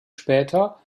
später